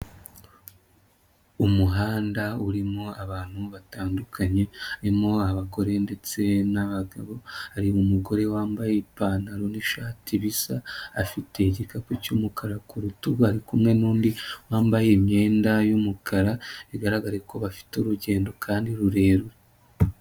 Umuhanda urimo abantu batandukanye, barimo abagore ndetse n'abagabo hari umugore wambaye ipantaro n'ishati, bisa afite igikapu cy'umukara ku rutugu ari kumwe nundi wambaye imyenda y'umukara bigaragare ko bafite urugendo kandi rurerure.